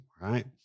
right